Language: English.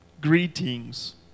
Greetings